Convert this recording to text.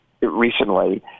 recently